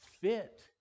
fit